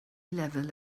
lefel